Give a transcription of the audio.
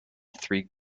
three